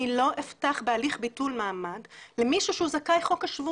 לא אפתח בהליך ביטול מעמד למישהו שהוא זכאי חוק השבות,